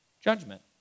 judgment